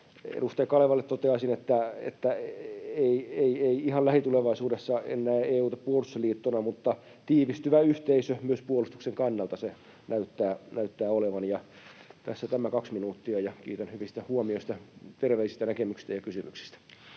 Edustaja Kalevalle toteaisin, että ihan lähitulevaisuudessa en näe EU:ta puolustusliittona, mutta tiivistyvä yhteisö myös puolustuksen kannalta se näyttää olevan. Tässä tämä 2 minuuttia, ja kiitän hyvistä huomioista, terveisistä, näkemyksistä ja kysymyksistä.